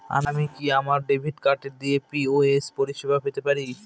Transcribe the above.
আমি কি আমার ডেবিট কার্ড দিয়ে পি.ও.এস পরিষেবা পেতে পারি?